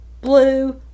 blue